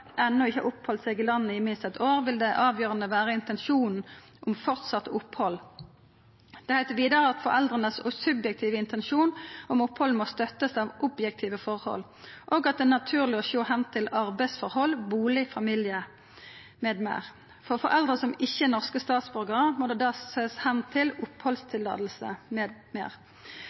ennå ikke har oppholdt seg i landet i minst et år, vil det avgjørende være intensjonen om fortsatt opphold.» Det heiter vidare at foreldra sin subjektive intensjon om opphald må støttast av objektive forhold, og: «Det er naturlig å se hen til arbeidsforhold, bolig, familie mv. For foreldre som ikke er norske statsborgere, må det da sees hen til oppholdstillatelse